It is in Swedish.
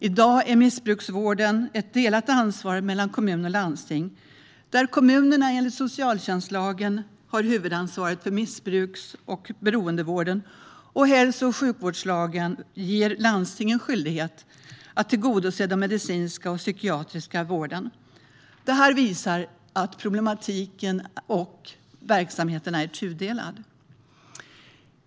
I dag är missbruksvården ett delat ansvar mellan kommun och landsting. Kommunerna har enligt socialtjänstlagen huvudansvaret för missbruks och beroendevården, och hälso och sjukvårdslagen ger landstingen skyldighet att tillgodose den medicinska och psykiatriska vården. Detta visar att problematiken och verksamheterna är tudelade.